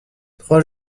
trois